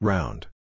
Round